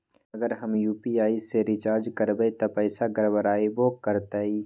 अगर हम यू.पी.आई से रिचार्ज करबै त पैसा गड़बड़ाई वो करतई?